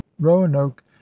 roanoke